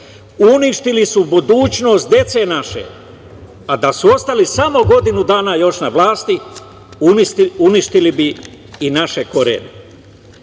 uništili su budućnost dece naše, a da su ostali samo godinu dana još na vlasti uništili bi i naše